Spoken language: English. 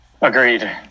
agreed